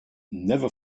never